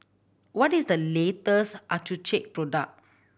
what is the latest Accucheck product